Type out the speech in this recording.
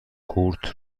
کورت